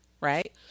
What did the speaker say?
right